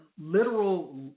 literal